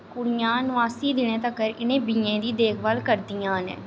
कुड़ियां नुआसी दिनें तक्कर इ'नें बीएं दी देखभाल करदियां न